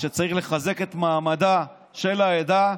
שצריך לחזק את מעמדה של העדה,